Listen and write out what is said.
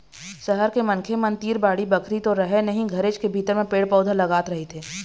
सहर के मनखे मन तीर बाड़ी बखरी तो रहय नहिं घरेच के भीतर म पेड़ पउधा लगाय रहिथे